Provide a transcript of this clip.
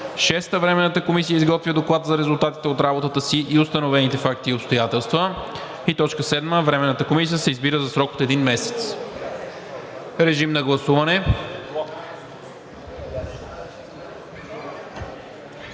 6. Временната комисия изготвя доклад за резултатите от работата си и установените факти и обстоятелства. 7. Временната комисия се избира за срок от един месец.“ Режим на гласуване.